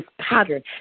pattern